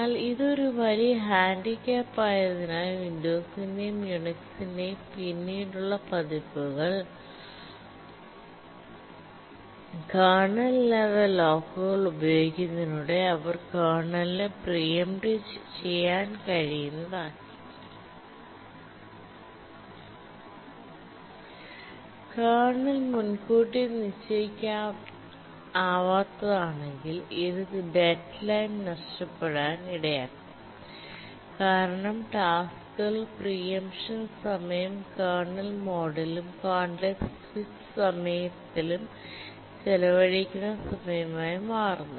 എന്നാൽ ഇത് ഒരു വലിയ ഹാൻഡിക്യാപ്പ് ആയതിനാൽ വിന്ഡോസിന്റെയും യുണിക്സിന്റെയും പിന്നീടുള്ള പതിപ്പുകൾ കേർണൽ ലെവൽ ലോക്കുകൾ ഉപയോഗിക്കുന്നതിലൂടെ അവർ കേർണലിനെ പ്രീ എംപ്ട്ചെയ്യാൻ കഴിയുന്നതാക്കി കേർണൽ മുൻകൂട്ടി നിശ്ചയിക്കാനാവാത്തതാണെങ്കിൽ ഇത് ഡെഡ് ലൈൻ നഷ്ടപ്പെടാൻ ഇടയാക്കും കാരണം ടാസ്ക്കുകൾ പ്രീ എംപ്ഷൻ സമയം കേർണൽ മോഡിലും കോണ്ടെസ്റ് സ്വിച്ച് സമയത്തിലും ചെലവഴിക്കുന്ന സമയമായി മാറുന്നു